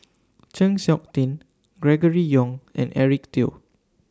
Chng Seok Tin Gregory Yong and Eric Teo